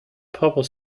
propre